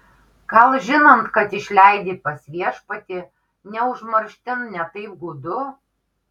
gal žinant kad išleidi pas viešpatį ne užmarštin ne taip gūdu